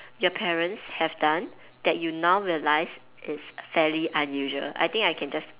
your parents have done that you now realise is fairly unusual I think I can just